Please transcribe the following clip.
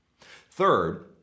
Third